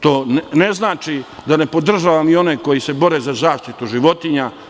To ne znači da ne podržavam i one koji se bore za zaštitu životinja.